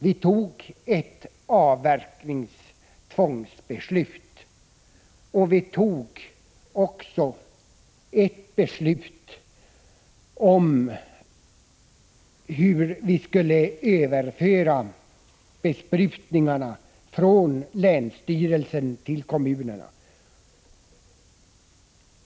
Vi fattade ett beslut om avverkningstvång, och vi fattade ett beslut om hur vi skall överföra frågan om besprutningarna från länsstyrelsen till kommunerna.